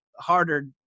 harder